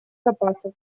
запасов